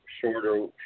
shorter